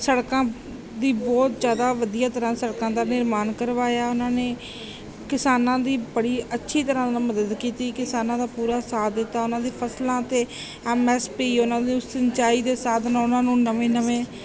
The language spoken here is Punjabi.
ਸੜਕਾਂ ਦੀ ਬਹੁਤ ਜ਼ਿਆਦਾ ਵਧੀਆ ਤਰ੍ਹਾਂ ਸੜਕਾਂ ਦਾ ਨਿਰਮਾਣ ਕਰਵਾਇਆ ਉਹਨਾਂ ਨੇ ਕਿਸਾਨਾਂ ਦੀ ਬੜੀ ਅੱਛੀ ਤਰ੍ਹਾਂ ਨਾਲ ਮਦਦ ਕੀਤੀ ਕਿਸਾਨਾਂ ਦਾ ਪੂਰਾ ਸਾਥ ਦਿੱਤਾ ਉਹਨਾਂ ਦੀ ਫਸਲਾਂ 'ਤੇ ਐੱਮ ਐੱਸ ਪੀ ਉਹਨਾਂ ਨੂੰ ਸਿੰਚਾਈ ਦੇ ਸਾਧਨ ਉਹਨਾਂ ਨੂੰ ਨਵੇਂ ਨਵੇਂ